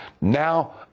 now